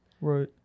Right